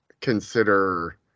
consider